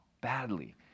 badly